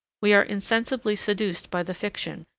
we are insensibly seduced by the fiction,